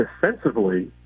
defensively